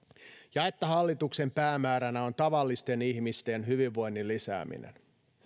ja että hallituksen päämääränä on tavallisten ihmisten hyvinvoinnin lisääminen